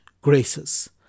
graces